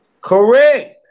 Correct